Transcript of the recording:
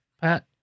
Pat